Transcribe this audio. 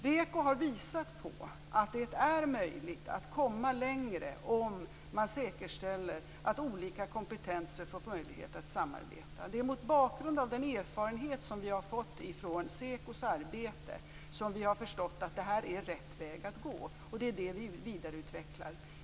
REKO har visat på att det är möjligt att komma längre om man säkerställer att olika kompetenser får möjlighet att samarbeta. Det är mot bakgrund av den erfarenhet som vi har fått från REKO:s arbete som vi har förstått att detta är rätt väg att gå. Det är det som vi vidareutvecklar.